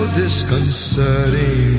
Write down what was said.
disconcerting